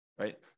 right